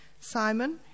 Simon